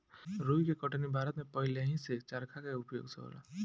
रुई के कटनी भारत में पहिलेही से चरखा के उपयोग से होला